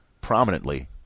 prominently